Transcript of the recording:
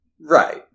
right